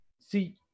see